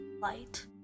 light